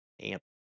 amp